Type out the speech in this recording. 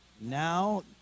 now